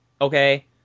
Okay